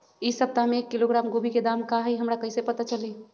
इ सप्ताह में एक किलोग्राम गोभी के दाम का हई हमरा कईसे पता चली?